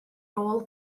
rôl